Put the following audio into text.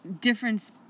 difference